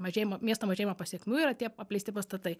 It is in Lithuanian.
mažėjimo miesto mažėjimo pasekmių yra tie apleisti pastatai